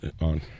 on